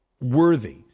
worthy